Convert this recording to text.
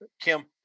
Kim